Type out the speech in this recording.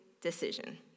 decision